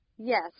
Yes